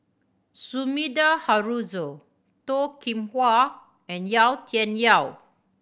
Sumida Haruzo Toh Kim Hwa and Yau Tian Yau